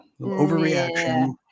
Overreaction